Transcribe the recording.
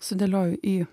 sudėlioju į